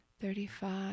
thirty-five